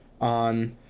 on